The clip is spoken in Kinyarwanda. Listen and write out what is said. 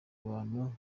abantu